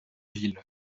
ville